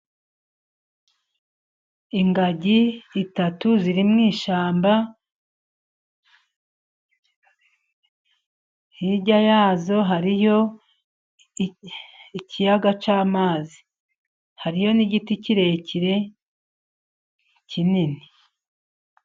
Ingagi itatu ziri mu ishyamba, hirya yazo hariyo ikiyaga cy'amazi hariyo n'igiti kirekire kinini.